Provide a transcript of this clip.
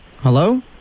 Hello